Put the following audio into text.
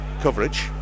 coverage